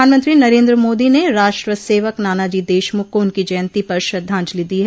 प्रधानमंत्री नरन्द्र मोदी ने राष्ट्र सेवक नानाजी देशमुख को उनकी जयंती पर श्रद्धांजलि दी है